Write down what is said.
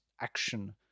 action